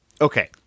Okay